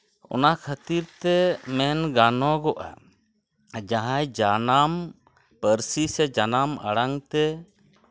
ᱚᱱᱟ ᱠᱷᱟᱹᱛᱤᱨ ᱛᱮ ᱢᱮᱱ ᱜᱟᱱᱚᱜᱚᱜᱼᱟ ᱡᱟᱦᱟᱸᱭ ᱡᱟᱱᱟᱢ ᱯᱟᱹᱨᱥᱤ ᱥᱮ ᱡᱟᱱᱟᱢ ᱟᱲᱟᱝ ᱛᱮ